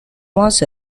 was